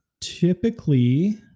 typically